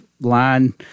line